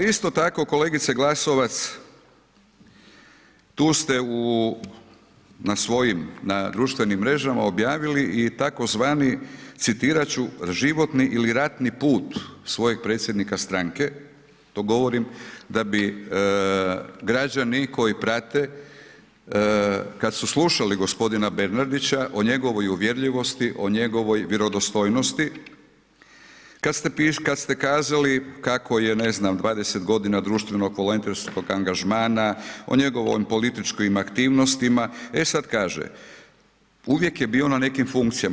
Ali isto tako kolegice Glasovac tu se u, na svojim, na društvenim mrežama objavili i tzv. citirat ću životni ili ratni put svojeg predsjednika stranke, to govorim da bi građani koji prate, kad su slušali gospodina Bernardića o njegovoj uvjerljivosti, o njegovoj vjerodostojnosti, kad ste kazali kako je ne znam 20 godina društvenog volonterskog angažmana, o njegovim političkim aktivnostima, e sad kaže, uvijek je bio na nekim funkcijama.